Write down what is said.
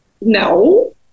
no